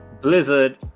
blizzard